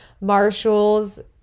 Marshalls